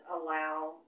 allow